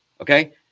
okay